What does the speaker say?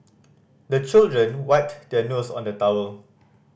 the children wipe their nose on the towel